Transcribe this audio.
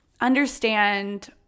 understand